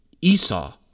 Esau